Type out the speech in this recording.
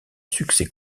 succès